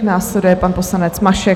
Následuje pan poslanec Mašek.